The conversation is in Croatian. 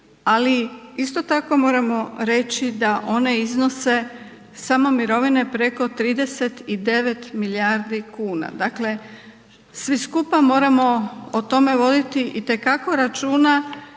ali isto tako moramo reći da one iznose samo mirovine preko 39 milijardi kuna. Dakle svi skupa moramo o tome voditi itekako računa